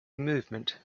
movement